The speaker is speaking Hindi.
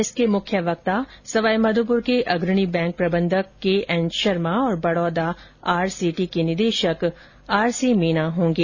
इसके मुख्य वक्ता सवाई माधोपुर के अग्रणी बैंक प्रबंधक के एन शर्मा और बड़ौदा आर सेटी के निदेशक आर सी मीना होंगे